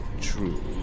true